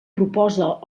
proposa